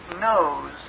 knows